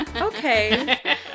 Okay